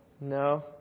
No